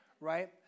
Right